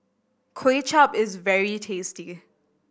Kuay Chap is very tasty